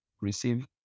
Receive